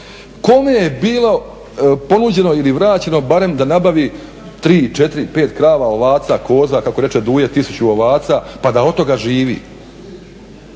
kome je bilo ponuđeno ili vraćeno barem da nabavi 3, 4, 5 krava, ovaca, koza, kako reče Duje tisuću ovaca pa da od toga živi?